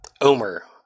Omer